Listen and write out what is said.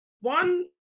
One